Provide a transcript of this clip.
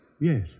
Yes